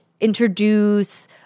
introduce